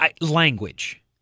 language